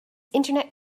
internet